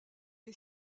est